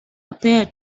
appeared